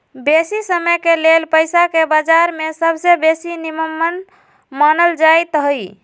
बेशी समयके लेल पइसाके बजार में सबसे बेशी निम्मन मानल जाइत हइ